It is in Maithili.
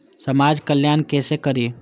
समाज कल्याण केसे करी?